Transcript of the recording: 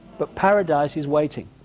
but paradise is waiting.